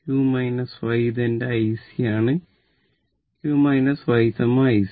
q y ഇത് എന്റെ IC ആണ് q y I C